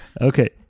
Okay